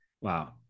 Wow